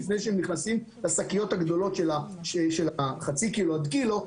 לפני שהם נכנסים לשקיות הגדולות של חצי קילו עד קילו.